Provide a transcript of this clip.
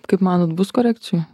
kaip manot bus korekcijų